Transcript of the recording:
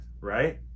right